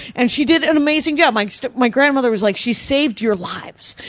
and she did an amazing job. my my grandmother was like, she saved your lives.